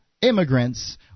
immigrants